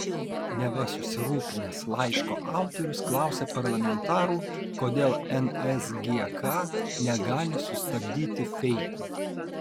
neva susirūpinęs laiško autorius klausė parlamentarų kodėl nsgk negali sustabdyti feikų